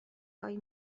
های